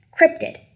cryptid